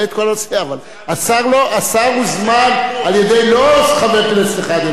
אבל השר הוזמן לא על-ידי חבר כנסת אחד אלא על-ידי